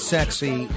Sexy